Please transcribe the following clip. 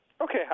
Okay